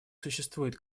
существует